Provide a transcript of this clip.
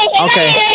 Okay